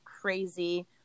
crazy